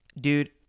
dude